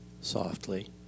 softly